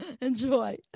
Enjoy